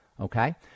okay